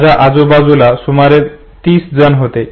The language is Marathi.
माझ्या आजूबाजूला सुमारे तीस जण होते